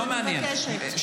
אני בקריאה ראשונה.